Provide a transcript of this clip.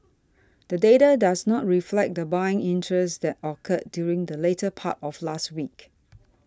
the data does not reflect the buying interest that occurred during the latter part of last week